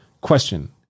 Question